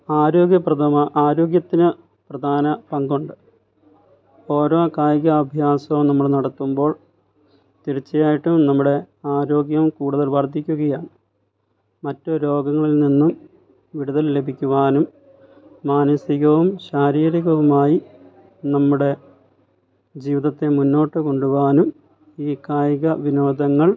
ആരോഗ്യപ്രദ ആരോഗ്യത്തിന് പ്രധാന പങ്കുണ്ട് ഓരോ കായികാഭ്യാസവും നമ്മൾ നടത്തുമ്പോൾ തീർച്ചയായിട്ടും നമ്മുടെ ആരോഗ്യം കൂടുതൽ വർധിക്കുകയാണ് മറ്റ് രോഗങ്ങളിൽനിന്നും വിടുതൽ ലഭിക്കുവാനും മാനസികവും ശാരീരികവുമായി നമ്മുടെ ജീവിതത്തെ മുന്നോട്ട് കൊണ്ടുപോവാനും ഈ കായികവിനോദങ്ങൾ